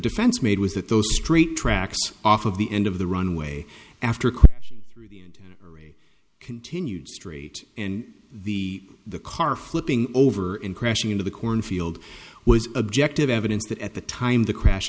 defense made was that those street tracks off of the end of the runway after continued street in the the car flipping over in crashing into the cornfield was objective evidence that at the time the crash